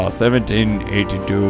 1782